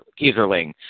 Kieserling